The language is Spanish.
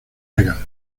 legal